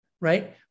right